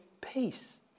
peace